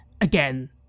Again